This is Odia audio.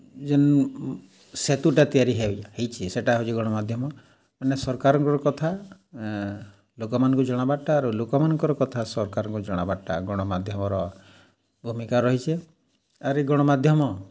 ଯେନ୍ ସେତୁଟା ତିଆରି ହେଇଛେ ସେଟା ହଉଛେ ଗଣମାଧ୍ୟମ ମାନେ ସର୍କାରଙ୍କର କଥା ଲୋକମାନ୍ଙ୍କୁ ଜଣାବାର୍ଟା ଆରୁ ଲୋକମାନ୍ଙ୍କର୍ କଥା ସର୍କାର୍ଙ୍କୁ ଜଣବାର୍ଟା ଗଣମାଧ୍ୟମର ଭୂମିକା ରହିଛେ ଆର୍ ଇ ଗଣମାଧ୍ୟମ